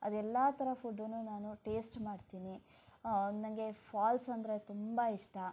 ಅದೆಲ್ಲ ಥರ ಫುಡ್ಡನ್ನೂ ನಾನು ಟೇಸ್ಟ್ ಮಾಡ್ತೀನಿ ನನಗೆ ಫಾಲ್ಸ್ ಅಂದರೆ ತುಂಬ ಇಷ್ಟ